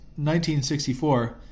1964